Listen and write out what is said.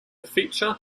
feature